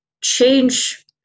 change